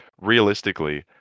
realistically